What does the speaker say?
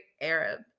arab